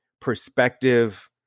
perspective